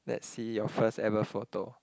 let's see your first ever photo